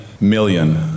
million